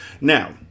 Now